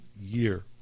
year